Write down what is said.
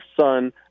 son